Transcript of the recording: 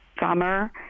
summer